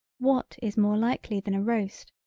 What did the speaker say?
what is more likely than a roast,